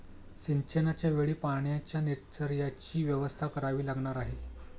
सिंचनाच्या वेळी पाण्याच्या निचर्याचीही व्यवस्था करावी लागणार आहे